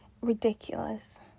ridiculous